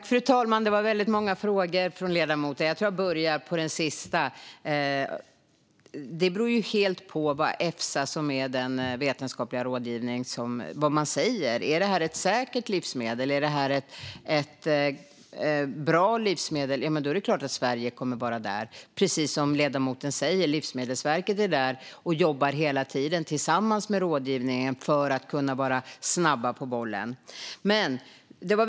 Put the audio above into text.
Fru talman! Det var väldigt många frågor från ledamoten. Jag tror att jag börjar med den sista. Svaret är att det helt beror på vad som sägs av Efsa, som ger vetenskaplig rådgivning. Är det här ett säkert och bra livsmedel? I så fall är det klart att Sverige kommer att vara där, precis som ledamoten säger. Livsmedelsverket jobbar hela tiden tillsammans med rådgivningen för att kunna vara snabba på bollen.